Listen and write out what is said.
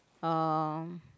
um